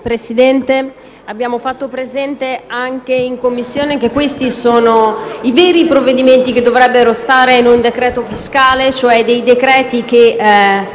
Presidente, abbiamo fatto presente anche in Commissione che questi sono i veri provvedimenti che si dovrebbero trovare in un decreto fiscale, cioè delle misure che